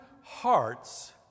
hearts